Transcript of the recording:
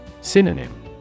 Synonym